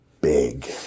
big